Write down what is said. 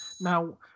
Now